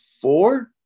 four